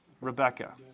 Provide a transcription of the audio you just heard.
Rebecca